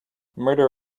murder